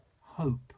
hope